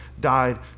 died